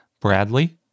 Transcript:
Bradley